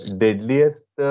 deadliest